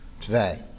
today